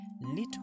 little